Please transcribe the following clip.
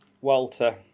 Walter